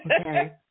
Okay